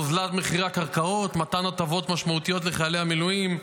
הורדת מחירי הקרקעות ומתן הטבות משמעותיות לחיילי המילואים.